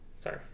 Sorry